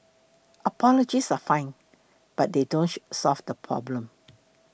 apologies are fine but they don't solve the problem